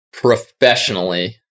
professionally